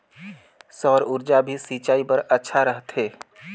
सौर ऊर्जा भी सिंचाई बर अच्छा रहथे?